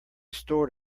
stored